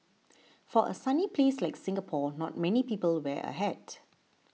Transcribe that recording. for a sunny place like Singapore not many people wear a hat